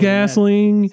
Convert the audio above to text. Gasling